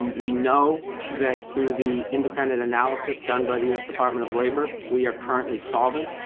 um we know that through the independent analysis done by the u s. department of labor we are currently solvent.